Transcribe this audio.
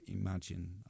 imagine